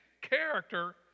character